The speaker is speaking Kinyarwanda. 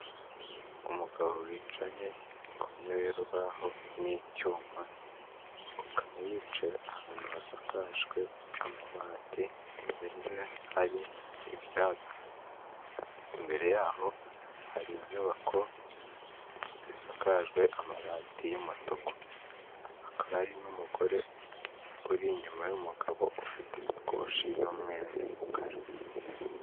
Umugabo wicaye ku ntebe y'urubaho n'icyuma, akaba yicaye ahantu hasakajwe amabati imbere ye hari ibyatsi. Imbere y'aho hari inyubako zisakajwe amabati y'umutuku hakaba hari n'umugore uri inyuma y'umugabo ufite isakoshi y'umweru n'umukara.